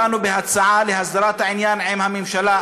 באנו בהצעה להסדרת העניין עם הממשלה,